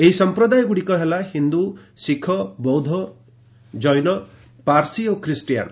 ଏହି ସମ୍ପ୍ରଦାୟଗୁଡ଼ିକ ହେଲା ହିନ୍ଦୁ ଶିଖ ବୌଦ୍ଧ ଜୈନ୍ୟ ପାର୍ସି ଓ ଖ୍ରୀଷ୍ଟିଆନ୍